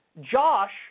Josh